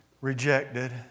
rejected